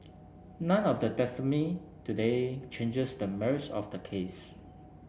none of the testimony today changes the merits of the case